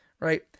right